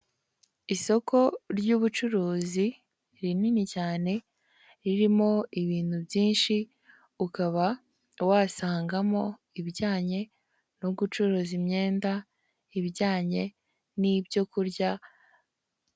Isoko ry'ubucuruzi rinini cyane ririmo ibintu byinshi ukaba wasangamo ibijyanye no gucuruza imyenda, ibijyanye n'ibyo kurya.